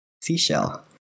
seashell